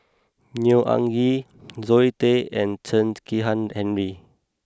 Neo Anngee Zoe Tay and Chen Kezhan Henri